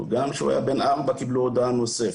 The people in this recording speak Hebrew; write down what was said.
גם כשהוא היה בן 4 קיבלו הודעה נוספת.